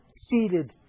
seated